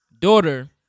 daughter